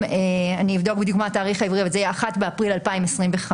- אני אבדוק מה התאריך העברי - 1 באפריל 2025,